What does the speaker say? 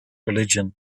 religion